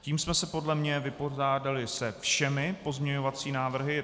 Tím jsme se podle mne vypořádali se všemi pozměňovacími návrhy.